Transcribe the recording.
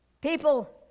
people